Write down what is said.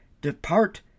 Depart